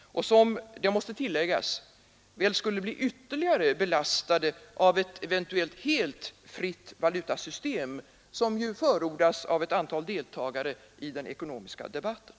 och som — det måste tilläggas — väl skulle bli ytterligare belastade av ett eventuellt helt fritt valutasystem, som ju förordas av ett antal deltagare i den ekonomiska debatten.